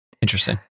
Interesting